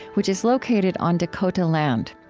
which is located on dakota land.